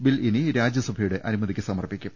bill ഇനി രാജ്യസഭയുടെ അനുമതിക്ക് സമർപ്പിക്കും